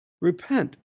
Repent